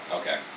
okay